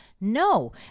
No